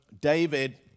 David